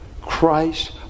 Christ